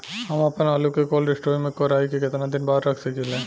हम आपनआलू के कोल्ड स्टोरेज में कोराई के केतना दिन बाद रख साकिले?